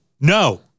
No